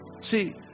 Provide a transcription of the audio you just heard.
See